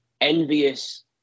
envious